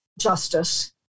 justice